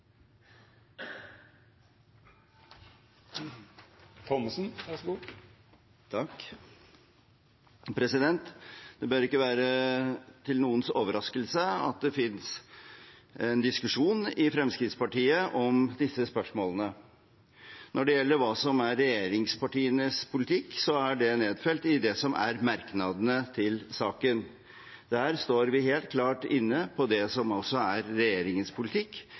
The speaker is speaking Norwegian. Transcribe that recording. Det bør ikke være til noens overraskelse at det finnes en diskusjon i Fremskrittspartiet om disse spørsmålene. Når det gjelder hva som er regjeringspartienes politikk, er det nedfelt i det som er merknadene til saken. Der står vi helt klart inne på det som er regjeringens politikk,